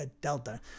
Delta